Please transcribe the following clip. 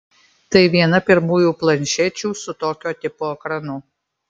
tai viena pirmųjų planšečių su tokio tipo ekranu